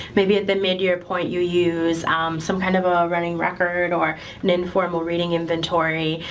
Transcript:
maybe at the mid-year point, you use some kind of a running record or an informal reading inventory.